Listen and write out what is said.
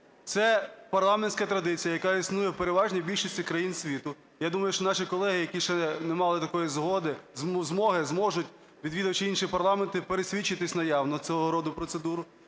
Це парламентська традиція, яка існує в переважній більшості країн світу. Я думаю, що наші колеги, які ще не мали такої змоги, зможуть, відвідуючи інші парламенти, пересвідчитися в наявності цього роду процедур.